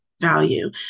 Value